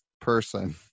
person